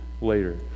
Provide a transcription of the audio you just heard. later